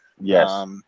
Yes